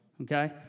okay